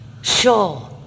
sure